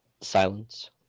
Silence